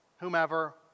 whomever